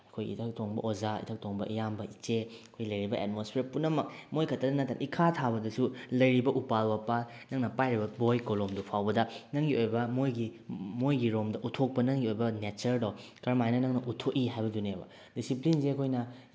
ꯑꯩꯈꯣꯏ ꯏꯊꯛ ꯊꯣꯡꯕ ꯑꯣꯖꯥ ꯏꯊꯛ ꯊꯣꯡꯕ ꯏꯌꯥꯝꯕ ꯏꯆꯦ ꯑꯩꯈꯣꯏ ꯂꯩꯔꯤꯕ ꯑꯦꯠꯃꯣꯁꯄꯤꯌꯔ ꯄꯨꯝꯅꯃꯛ ꯃꯣꯏ ꯈꯇ ꯅꯠꯇꯅ ꯏꯈꯥ ꯊꯥꯕꯗꯁꯨ ꯂꯩꯔꯤꯕ ꯎꯄꯥꯜ ꯋꯥꯄꯥꯜ ꯅꯪꯅ ꯄꯥꯏꯔꯤꯕ ꯕꯣꯏ ꯀꯣꯂꯣꯝꯗꯨ ꯐꯥꯎꯕꯗ ꯅꯪꯒꯤ ꯑꯣꯏꯕ ꯃꯣꯏꯒꯤ ꯃꯣꯏꯒꯤꯔꯣꯝꯗ ꯎꯠꯊꯣꯛꯄ ꯅꯪꯒꯤ ꯑꯣꯏꯕ ꯅꯦꯆꯔꯗꯣ ꯀꯔꯝꯍꯥꯏꯅ ꯅꯪꯅ ꯎꯠꯊꯣꯛꯏ ꯍꯥꯏꯕꯗꯨꯅꯦꯕ ꯗꯤꯁꯤꯄ꯭ꯂꯤꯟꯁꯦ ꯑꯩꯈꯣꯏꯅ